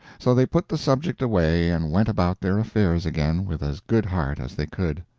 so they put the subject away and went about their affairs again with as good heart as they could.